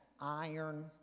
iron